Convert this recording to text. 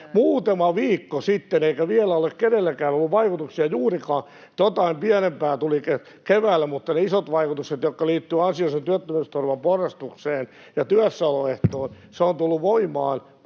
muutama viikko sitten, eikä vielä ole kenellekään ollut vaikutuksia juurikaan. Jotain pienempää tuli keväällä, mutta ne isot vaikutukset, jotka liittyvät ansiosidonnaisen työttömyysturvan porrastukseen ja työssäoloehtoon, ovat tulleet voimaan